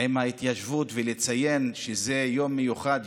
עם ההתיישבות ולציין שזה יום מיוחד,